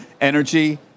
energy